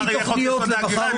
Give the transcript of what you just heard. מחר יהיה חוק יסוד: ההגירה.